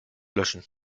löschen